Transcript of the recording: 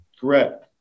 Correct